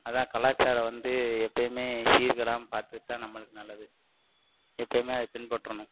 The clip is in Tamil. அதான் கலாச்சாரம் வந்து எப்போயுமே சீர்கெடாமல் பார்த்துட்டுதான் நம்பளுக்கு நல்லது எப்போயுமே அதை பின்பற்றணும்